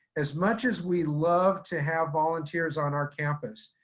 as much as we love to have volunteers on our campus,